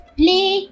play